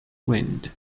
wind